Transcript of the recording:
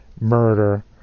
murder